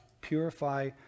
purify